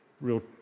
real